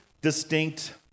distinct